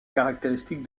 caractéristique